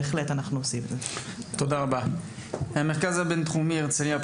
פטריק ביתן, עמית מחקר במרכז הבין-תחומי בהרצליה,